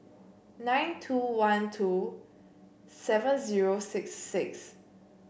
nine two one two seven zero six six